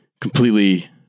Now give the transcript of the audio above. completely